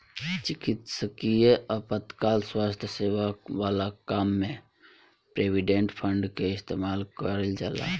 चिकित्सकीय आपातकाल स्वास्थ्य सेवा वाला काम में प्रोविडेंट फंड के इस्तेमाल कईल जाला